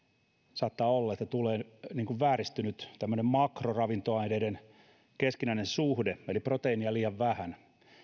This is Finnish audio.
saattaa olla että tulee tämmöinen vääristynyt makroravintoaineiden keskinäinen suhde eli proteiinia liian vähän